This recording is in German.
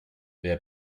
wer